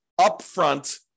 upfront